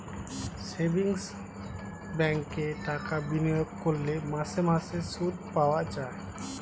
savings ব্যাঙ্কে টাকা বিনিয়োগ করলে মাসে মাসে সুদ পাওয়া যায়